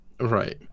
Right